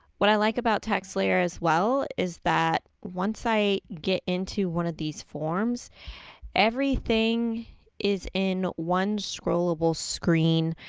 what i like about taxslayer as well is that once i get into one of these forms everything is in one scrollable screen.